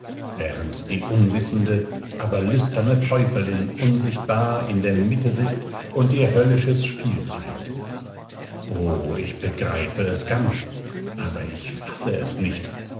während die unwissende aber lüsterne teufelin unsichtbar in der mitte sitzt und ihr höllisches spiel treibt o ich begreife es ganz aber ich fasse es nicht